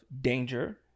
danger